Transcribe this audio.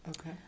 Okay